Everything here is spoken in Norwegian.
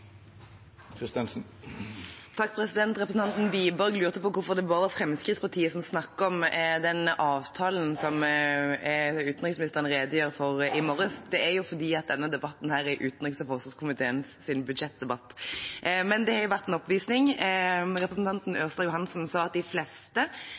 Representanten Wiborg lurte på hvorfor det bare er Fremskrittspartiet som snakker om den avtalen utenriksministeren redegjorde for i morges. Det er fordi denne debatten er utenriks- og forsvarskomiteens budsjettdebatt. Men det har vært en oppvisning. Representanten